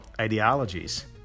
ideologies